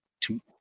two